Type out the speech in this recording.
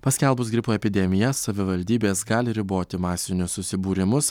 paskelbus gripo epidemiją savivaldybės gali riboti masinius susibūrimus